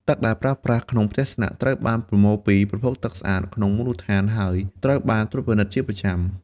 ទឹកដែលប្រើប្រាស់ក្នុងផ្ទះស្នាក់ត្រូវបានប្រមូលពី ប្រភពទឹកស្អាត ក្នុងមូលដ្ឋាន ហើយត្រូវបានត្រួតពិនិត្យជាប្រចាំ។